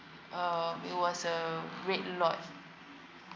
uh it was uh red lot